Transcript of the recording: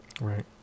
right